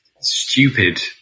stupid